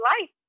life